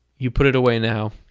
you put it away now,